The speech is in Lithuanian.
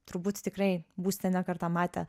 turbūt tikrai būsite ne kartą matę